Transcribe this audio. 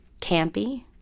Campy